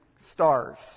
Stars